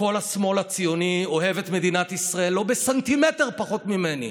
וכל השמאל הציוני אוהב את מדינת ישראל לא בסנטימטר פחות ממני.